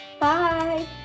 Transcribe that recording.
Bye